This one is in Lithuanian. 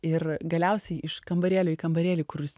ir galiausiai iš kambarėlio į kambarėlį kuris